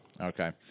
Okay